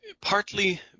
Partly